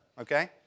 okay